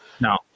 No